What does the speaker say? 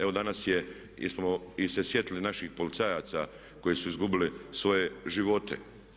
Evo danas smo se sjetili naših policajaca koji su izgubili svoje živote.